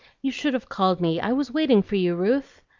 you should have called me i was waiting for you, ruth.